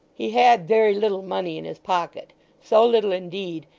he had very little money in his pocket so little indeed,